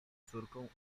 córką